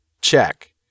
check